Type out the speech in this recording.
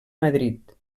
madrid